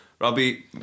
Robbie